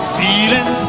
feeling